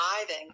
diving